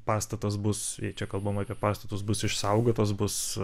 pastatas bus jei čia kalbam apie pastatus bus išsaugotos bus